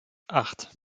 acht